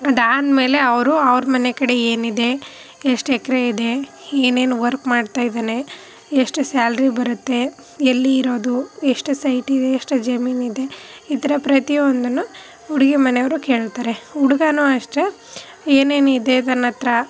ಅದಾದ್ಮೇಲೆ ಅವರು ಅವ್ರ ಮನೆಕಡೆ ಏನಿದೆ ಎಷ್ಟು ಎಕರೆ ಇದೆ ಏನೇನು ವರ್ಕ್ ಮಾಡ್ತಾಯಿದ್ದಾನೆ ಎಷ್ಟು ಸ್ಯಾಲ್ರಿ ಬರುತ್ತೆ ಎಲ್ಲಿ ಇರೋದು ಎಷ್ಟು ಸೈಟಿದೆ ಎಷ್ಟು ಜಮೀನಿದೆ ಈ ಥರ ಪ್ರತಿಯೊಂದನ್ನು ಹುಡುಗಿ ಮನೆಯವ್ರು ಕೇಳ್ತಾರೆ ಹುಡ್ಗನೂ ಅಷ್ಟೇ ಏನೇನಿದೆ ನನ್ನ ಹತ್ರ